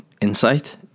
insight